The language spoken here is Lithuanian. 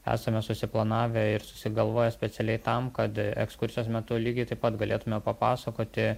esame susiplanavę ir susigalvoję specialiai tam kad ekskursijos metu lygiai taip pat galėtume papasakoti